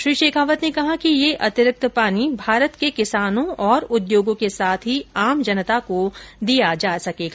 श्री शेखावत ने कहा कि यह अतिरिक्त पानी भारत के किसानों और उद्योगों के साथ ही आम जनता को दिया जा सकेगा